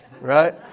right